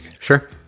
Sure